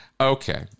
Okay